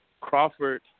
Crawford